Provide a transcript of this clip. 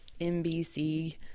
NBC